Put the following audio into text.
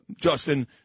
Justin